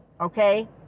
okay